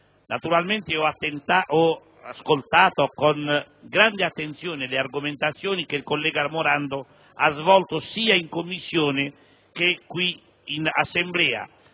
Commissione. Ho ascoltato con grande attenzione le argomentazioni che il collega Morando ha svolto sia in Commissione che in Assemblea,